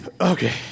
Okay